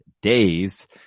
days